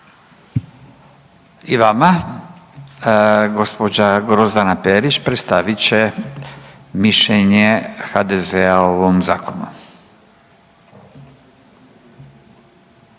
I vama. Gđa. Grozdana Perić predstavit će mišljenje HDZ-a o ovom zakonu,